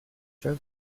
drove